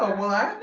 ah well out